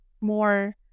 more